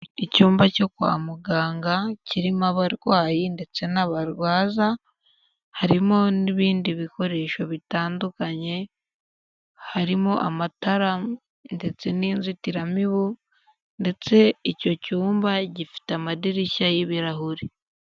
Icyumba cyo kwa muganga kirimo abarwayi ndetse n'abarwaza harimo n'ibindi bikoresho bitandukanye harimo amatara ndetse n'inzitiramibu ndetse icyo cyumba gifite amadirishya y'ibirahure.